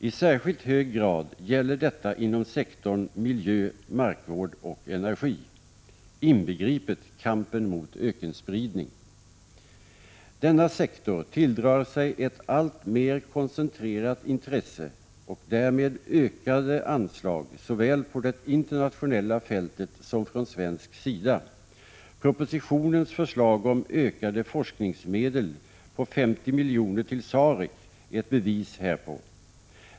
I särskilt hög grad gäller detta inom sektorn miljö, & markvård och energi, inbegripet kampen mot ökenspridning. Denna sektor tilldrar sig ett alltmer koncentrerat intresse och därmed ökade anslag såväl på det internationella fältet som från svensk sida. Propositionens förslag om ökade forskningsmedel på 50 miljoner till SAREC är ett bevis härpå.